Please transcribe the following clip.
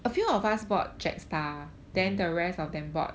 mm